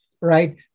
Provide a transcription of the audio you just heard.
right